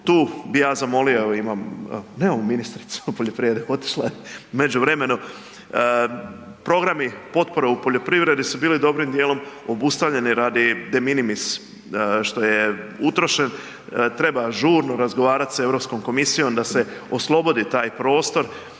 Tu bih ja zamolio evo imamo, nemamo ministricu poljoprivrede otišla je u međuvremenu, programi potpore u poljoprivredi su bili dobrim dijelom obustavljeni radi deminimis što je utrošen, treba žurno razgovarati sa Europskom komisijom da se oslobodi taj prostor